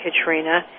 Katrina